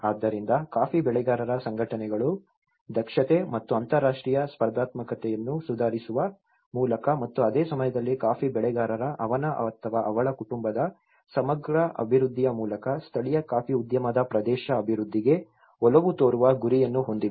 ಆದ್ದರಿಂದ ಕಾಫಿ ಬೆಳೆಗಾರರ ಸಂಘಟನೆಗಳು ದಕ್ಷತೆ ಮತ್ತು ಅಂತರರಾಷ್ಟ್ರೀಯ ಸ್ಪರ್ಧಾತ್ಮಕತೆಯನ್ನು ಸುಧಾರಿಸುವ ಮೂಲಕ ಮತ್ತು ಅದೇ ಸಮಯದಲ್ಲಿ ಕಾಫಿ ಬೆಳೆಗಾರರ ಅವನ ಅವಳ ಕುಟುಂಬದ ಸಮಗ್ರ ಅಭಿವೃದ್ಧಿಯ ಮೂಲಕ ಸ್ಥಳೀಯ ಕಾಫಿ ಉದ್ಯಮದ ಪ್ರದೇಶ ಅಭಿವೃದ್ಧಿಗೆ ಒಲವು ತೋರುವ ಗುರಿಯನ್ನು ಹೊಂದಿವೆ